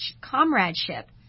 comradeship